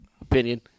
opinion